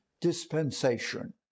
dispensation